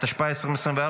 התשפ"ה 2024,